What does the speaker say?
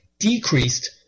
decreased